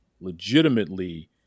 Legitimately